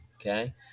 Okay